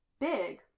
big